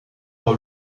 par